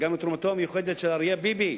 וגם לתרומתו המיוחדת של אריה ביבי,